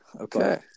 Okay